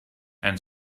and